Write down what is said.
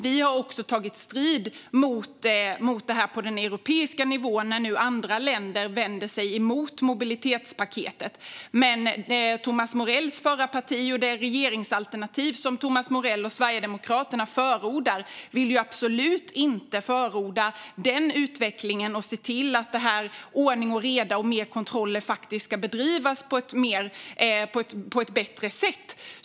Vi har också tagit strid mot detta på europeisk nivå när nu andra länder vänder sig emot mobilitetspaketet. Thomas Morells parti och det regeringsalternativ som Thomas Morell och Sverigedemokraterna förordar vill ju absolut inte ha den utvecklingen och se till att det blir ordning och reda och att kontroller faktiskt ska bedrivas på ett bättre sätt.